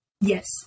Yes